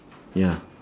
ya